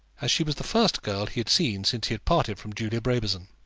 as she was the first girl he had seen since he had parted from julia brabazon.